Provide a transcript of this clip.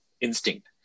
instinct